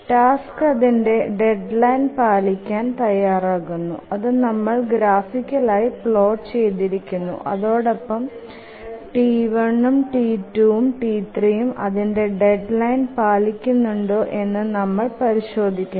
task അതിന്ടെ deadline പാലിക്കാൻ തയാറാകുന്നു അതു നമ്മൾ ഗ്രാഫിക്കൽ ആയി പ്ലോട്ട് ചെയ്തിരിക്കുന്നു അതോടൊപ്പം T1ഉം T2ഉം T3ഉം അതിന്ടെ ഡെഡ്ലൈൻ പാലിക്കുന്നുണ്ടോ എന്നു നമ്മൾ പരിശോദിക്കുന്നു